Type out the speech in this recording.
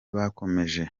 bakomeje